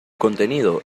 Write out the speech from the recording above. contenido